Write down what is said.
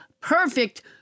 perfect